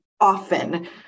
often